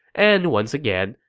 and once again,